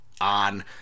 on